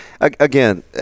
again